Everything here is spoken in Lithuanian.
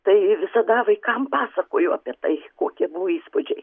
tai visada vaikam pasakoju apie tai kokie buvo įspūdžiai